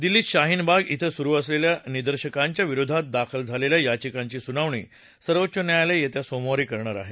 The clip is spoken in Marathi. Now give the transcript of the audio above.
दिल्लीत शाहीन बाग ा ्झें सुरु असलेल्या निदर्शकांच्या विरोधात दाखल झालेल्या याचिकांची सुनावणी सर्वोच्च न्यायालय येत्या सोमवारी करणार आहे